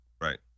Right